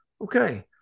okay